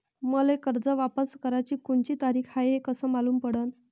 मले कर्ज वापस कराची कोनची तारीख हाय हे कस मालूम पडनं?